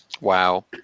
Wow